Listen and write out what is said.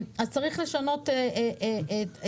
אז צריך לשנות את הגישה.